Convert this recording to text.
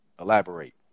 elaborate